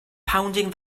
pounding